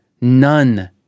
None